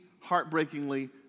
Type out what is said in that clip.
heartbreakingly